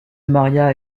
maria